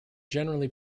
generally